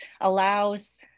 allows-